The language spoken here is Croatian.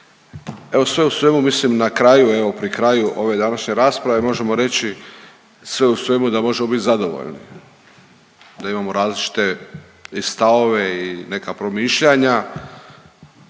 Evo sve u svemu mislim na kraju, evo pri kraju ove današnje rasprave možemo reći sve u svemu da možemo biti zadovoljni da imamo različite i stavove i neka promišljanja.